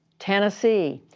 tennessee,